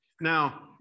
Now